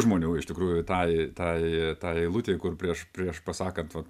žmonių iš tikrųjų tai tai tai eilutei kur prieš prieš pasakant vat